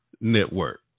Network